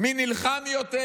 מי נלחם יותר,